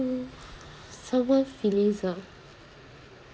someone feelings are